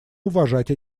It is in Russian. уважать